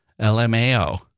LMAO